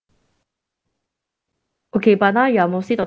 okay but now you are mostly